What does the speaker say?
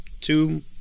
two